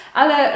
ale